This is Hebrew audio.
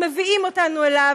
מביאים אותנו אליו.